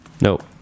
Nope